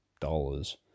dollars